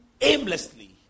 aimlessly